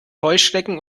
heuschrecken